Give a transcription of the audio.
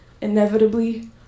inevitably